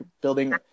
building